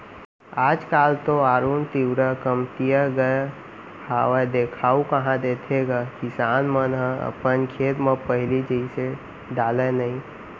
आज काल तो आरूग तिंवरा कमतिया गय हावय देखाउ कहॉं देथे गा किसान मन ह अपन खेत म पहिली जइसे डाले नइ